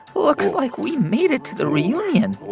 looks like we made it to the reunion